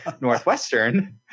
Northwestern